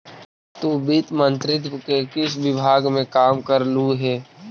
तु वित्त मंत्रित्व के किस विभाग में काम करलु हे?